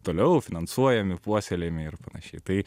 toliau finansuojami puoselėjami ir panašiai tai